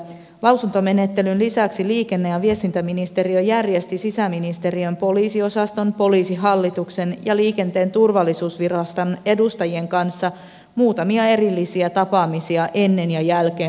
lausuntomenettelyn lisäksi liikenne ja viestintäministeriö järjesti sisäministeriön poliisiosaston poliisihallituksen ja liikenteen turvallisuusviraston edustajien kanssa muutamia erillisiä tapaamisia ennen ja jälkeen lausuntokierroksen